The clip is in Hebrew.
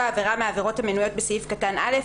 עבירה מהעבירות המנויות בסעיף קטן (א),